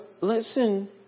listen